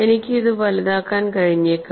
എനിക്ക് ഇത് വലുതാക്കാൻ കഴിഞ്ഞേക്കും